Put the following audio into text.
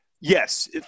yes